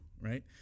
right